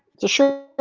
it's a shirt.